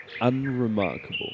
unremarkable